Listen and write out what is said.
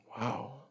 Wow